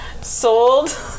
sold